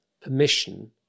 permission